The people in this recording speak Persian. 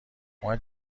اومد